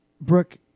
Brooke